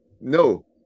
no